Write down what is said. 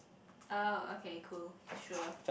oh okay cool sure